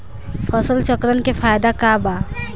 फसल चक्रण के फायदा का बा?